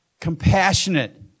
compassionate